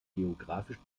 geographisch